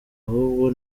ahubwo